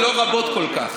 ולא רבות כל כך.